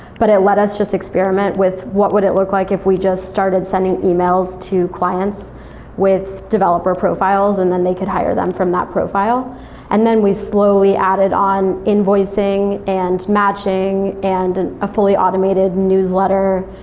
but it let us just experiment with what would it look like if we just started sending e-mails to clients with developer profiles and then they could hire them from that profile and then we slowly added on invoicing and matching and a fully automated newsletter,